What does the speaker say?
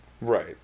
Right